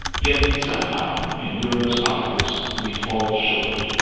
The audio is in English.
yet, somehow, in europe's eyes we fall short.